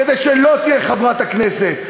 כדי שלא תהיה חברת כנסת,